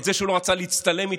את זה שהוא לא רצה להצטלם איתו.